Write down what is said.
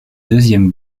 deuxième